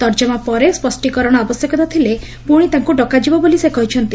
ତର୍କମା ପରେ ସ୍ୱଷ୍ଟୀକରଣ ଆବଶ୍ୟକତା ଥିଲେ ପୁଶି ତାଙ୍କୁ ଡକାଯିବ ବୋଲି ସେ କହିଛନ୍ତି